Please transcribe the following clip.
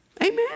Amen